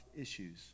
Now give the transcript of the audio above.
issues